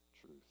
truth